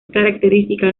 características